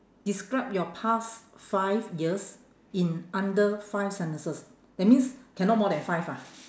describe your past five years in under five sentences that means cannot more than five ah